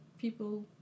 people